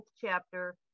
chapter